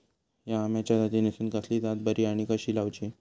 हया आम्याच्या जातीनिसून कसली जात बरी आनी कशी लाऊची?